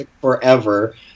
forever